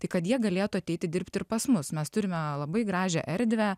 tai kad jie galėtų ateiti dirbti ir pas mus mes turime labai gražią erdvę